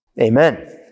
Amen